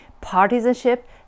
partisanship